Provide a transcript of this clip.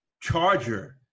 charger